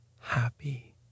happy